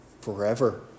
forever